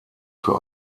für